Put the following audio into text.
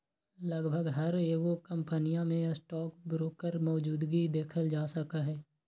लगभग हर एगो कम्पनीया में स्टाक ब्रोकर मौजूदगी देखल जा सका हई